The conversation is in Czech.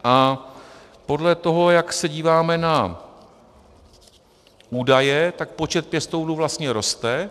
A podle toho, jak se díváme na údaje, tak počet pěstounů vlastně roste.